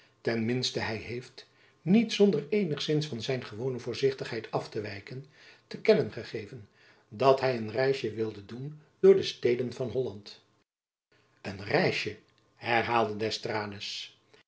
ten minsten hy heeft niet zonder eenigzins van zijn gewone voorzichtigheid af te wijken te kennen gegeven dat hy een reisjen wilde doen door de steden van holland een reisjen herhaalde d'estrades